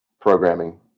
programming